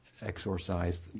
exorcised